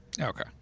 Okay